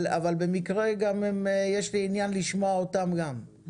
אבל במקרה יש לי עניין לשמוע גם אותם.